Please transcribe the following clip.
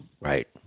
Right